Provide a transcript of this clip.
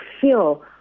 feel